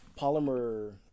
polymer